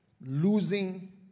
Losing